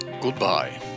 Goodbye